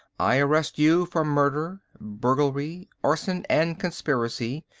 i arrest you for murder, burglary, arson, and conspiracy.